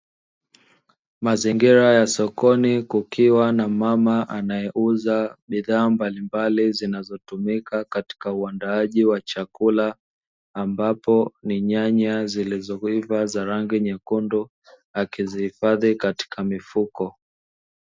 Mazingira ya sokoni kukiwa na mama anayeuza bidhaa mbalimbali, zinazotumika katika uandaaji wa chakula ambapo ni nyanya zilivyoiva za rangi nyekundu akizihifadhi katika mifuko.